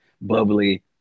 bubbly